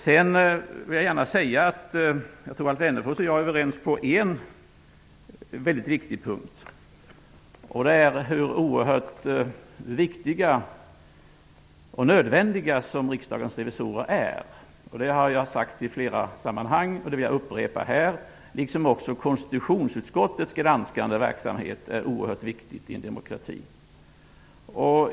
Sedan vill jag gärna säga att Alf Wennerfors och jag är överens på en väldigt viktig punkt, nämligen hur oerhört viktiga och nödvändiga Riksdagens revisorer verkligen är -- det har jag sagt i flera sammanhang och det vill jag upprepa här -- liksom konstitutionsutskottets granskande verksamhet är oerhört viktig i en demokrati.